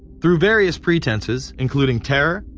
through various pretenses, including terror,